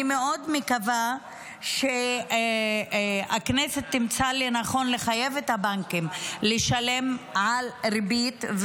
אני מאוד מקווה שהכנסת תמצא לנכון לחייב את הבנקים לשלם על הריבית,